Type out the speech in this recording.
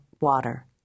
water